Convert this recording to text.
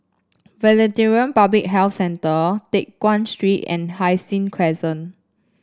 Veterinary Public Health Centre Teck Guan Street and Hai Sing Crescent